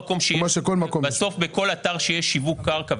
700203 25 מיליון 100 אלף ₪ בהוצאה ו-80 מיליון ₪ בהרשאה להתחייב,